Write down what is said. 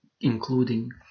including